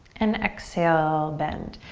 and exhale, bend.